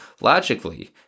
Logically